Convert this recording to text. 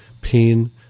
pain